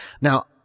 Now